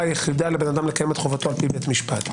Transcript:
היחידה לאדם לקיים את חובתו על פי בית משפט.